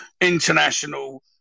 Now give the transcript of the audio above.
international